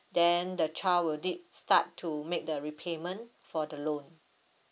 then the child will di~ start to make the repayment for the loan